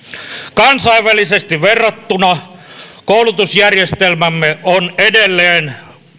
kansainvälisesti verrattuna koulutusjärjestelmämme on edelleen